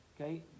Okay